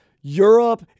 Europe